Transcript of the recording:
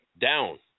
down